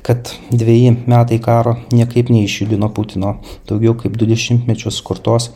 kad dveji metai karo niekaip neišjudino putino daugiau kaip du dešimtmečius kurtos